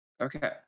Okay